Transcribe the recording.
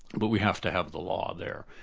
but we have to have the law there.